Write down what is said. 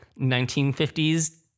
1950s